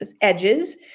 edges